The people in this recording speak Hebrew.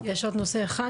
יש עוד נושא אחד,